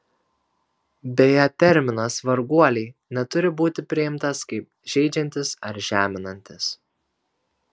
beje terminas varguoliai neturi būti priimtas kaip žeidžiantis ar žeminantis